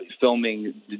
filming